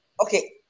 Okay